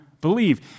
believe